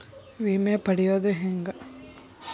ವಿಮೆ ಪಡಿಯೋದ ಹೆಂಗ್?